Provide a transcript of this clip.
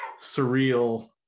surreal